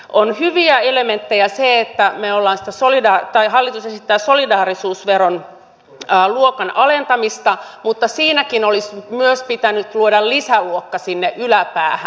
on hyvä elementti se että hallitus esittää solidaarisuusveron luokan alentamista mutta siinäkin olisi myös pitänyt luoda lisäluokka sinne yläpäähän